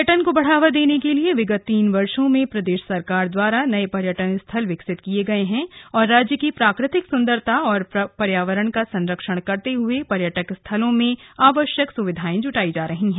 पर्यटन की दृष्टि से विगत तीन वर्षो में प्रदेश सरकार द्वारा नए पर्यटन स्थल विकसित किए गए हैं और राज्य की प्राकृतिक खूबसूरती और पर्यावरण का संरक्षण करते हुए पर्यटक स्थलों में आवश्यक सुविधाएं जुटाई जा रही है